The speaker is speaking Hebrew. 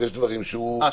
אז יש דברים שהוא --- אה,